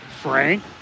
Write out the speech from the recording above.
Frank